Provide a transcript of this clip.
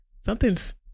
Something's